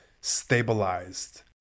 stabilized